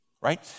right